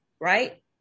right